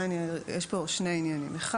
יש פה שני עניינים: א',